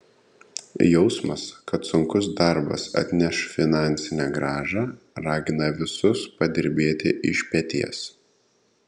jausmas kad sunkus darbas atneš finansinę grąžą ragina visus padirbėti iš peties